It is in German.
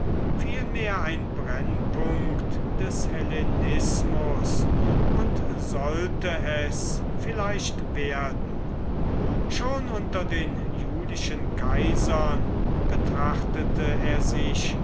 vielmehr ein brennpunkt des hellenismus und sollte es vielleicht werden schon unter den julischen kaisern betrachtete er sich